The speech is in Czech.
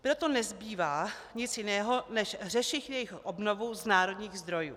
Proto nezbývá nic jiného než řešit jejich obnovu z národních zdrojů.